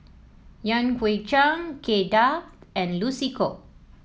Yan Hui Chang Kay Das and Lucy Koh